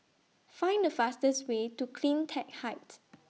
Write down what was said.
Find The fastest Way to CleanTech Height